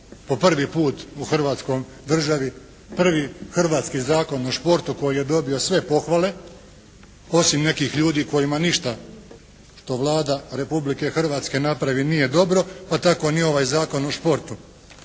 po prvi put u Hrvatskoj državi prvi hrvatski Zakon o športu koji je dobio sve pohvale, osim nekih ljudi kojima ništa što Vlada Republike Hrvatske napravi nije dobro, apa tako ni ovaj Zakon o športu.